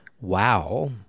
Wow